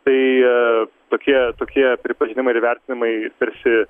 tai tokie tokie pripažinimai ir įvertinimai tarsi